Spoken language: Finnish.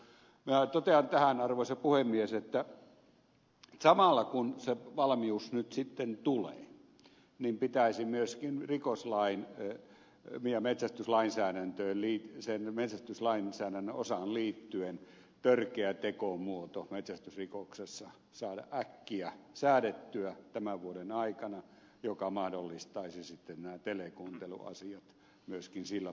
minä totean tähän arvoisa puhemies että samalla kun se valmius nyt sitten tulee pitäisi myöskin rikoslakiin ja sen metsästyslainsäädännön osaan liittyen törkeä tekomuoto metsästysrikoksessa saada äkkiä säädettyä tämän vuoden aikana mikä mahdollistaisi sitten nämä telekuunteluasiat myöskin sillä puolella